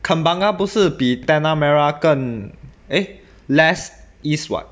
kembangan 不是比 tanah merah 更 eh less east [what]